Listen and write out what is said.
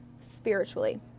spiritually